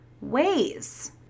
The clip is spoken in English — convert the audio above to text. ways